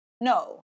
No